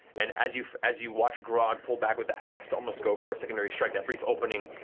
and as you as you watch grog pull back with the axe to almost go for a secondary strike, that brief opening,